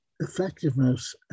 effectiveness